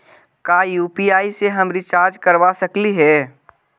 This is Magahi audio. का यु.पी.आई से हम रिचार्ज करवा सकली हे?